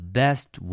best